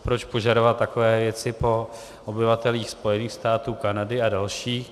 Proč požadovat takové věci po obyvatelích Spojených států, Kanady a dalších.